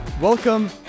Welcome